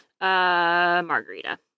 Margarita